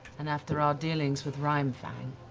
and after our dealings with rimefang,